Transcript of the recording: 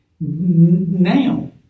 now